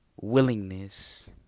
willingness